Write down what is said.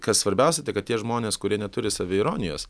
kas svarbiausia tai kad tie žmonės kurie neturi saviironijos